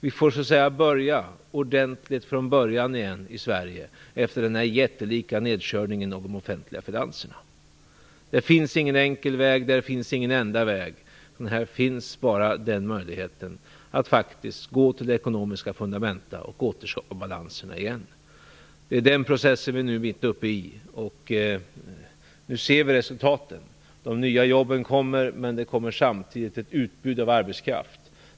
Vi får så att säga börja ordentligt från början igen i Sverige efter den jättelika nedkörningen av de offentliga finanserna. Det finns ingen enkel väg; det finns ingen enda väg. Här finns bara en möjlighet: att faktiskt gå till de ekonomiska fundamenten och återskapa balanserna igen. Det är den processen vi nu är mitt uppe i, och vi ser nu resultaten. De nya jobben kommer, men det kommer samtidigt ett utbud av arbetskraft.